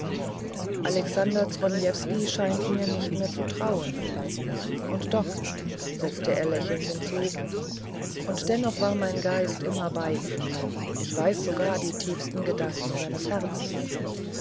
alexander zronievsky scheint mir nicht mehr zu trauen und doch setzte er lächelnd hinzu und dennoch war mein geist immer bei ihm ich weiß sogar die tiefsten gedanken seines herzens